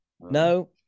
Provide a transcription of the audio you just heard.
no